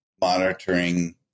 monitoring